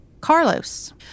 Carlos